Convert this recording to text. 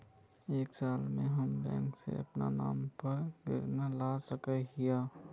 एक साल में हम बैंक से अपना नाम पर कते ऋण ला सके हिय?